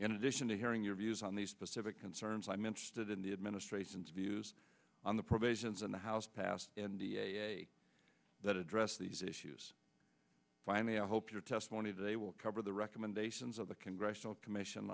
in addition to hearing your views on these specific concerns i'm interested in the administration's views on the provisions in the house passed that address these issues finally i hope your testimony they will cover the recommendations of the congressional commission